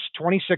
26